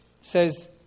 says